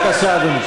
בבקשה, אדוני.